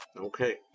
okay